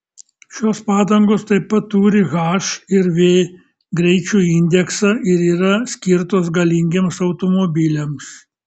šios padangos taip pat turi h ir v greičio indeksą ir yra skirtos galingiems automobiliams